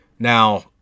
Now